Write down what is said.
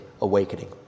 awakening